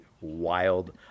wild